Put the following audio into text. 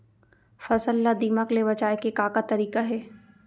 फसल ला दीमक ले बचाये के का का तरीका हे?